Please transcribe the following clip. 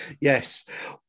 yes